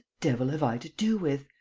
devil have i to do with?